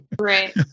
Right